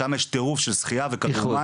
שם יש טירוף של שחיה וכדור-מים.